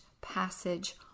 passage